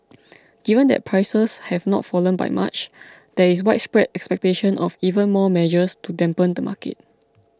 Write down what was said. given that prices have not fallen by much there is widespread expectation of even more measures to dampen the market